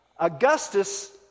Augustus